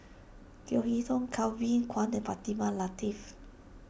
Leo Hee Tong Kelvin Kwan and Fatimah Lateef